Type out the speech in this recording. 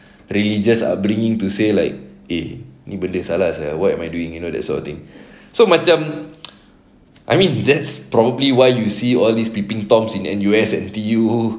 religious upbringing to say like eh ni benda salah sia what am I doing you know that sort of thing so macam I mean that's probably why you see all these peeping toms in N_U_S N_T_U